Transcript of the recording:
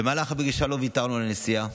במהלך הפגישה לא ויתרנו לנשיאה.